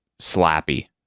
slappy